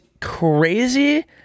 crazy